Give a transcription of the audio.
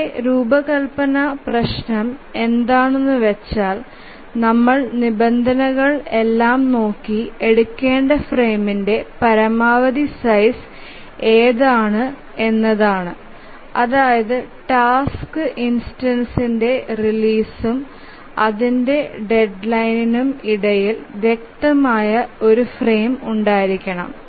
നമ്മുടെ രൂപകൽപ്പന പ്രശ്നം എന്താനുവെച്ചാൽ നമ്മൾ നിബന്ധനകൾ എലാം നോക്കി എടുക്കേണ്ട ഫ്രെയിമിന്റെ പരമാവധി സൈസ് ഏതാണ് എന്നത് ആണ് അതായത് ടാസ്ക് ഇൻസ്റ്റൻസിന്റെ റീലീസ്ഉം അതിന്റെ ഡെഡ്ലൈനിനും ഇടയിൽ വ്യക്തമായ ഒരു ഫ്രെയിം ഉണ്ടായിരിക്കണം